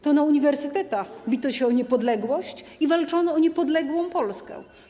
To na uniwersytetach bito się o niepodległość, walczono o niepodległą Polskę.